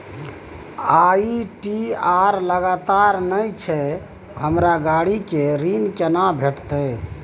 ITR लगातार नय छै हमरा गाड़ी के ऋण केना भेटतै?